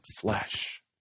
flesh